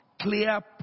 clear